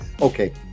okay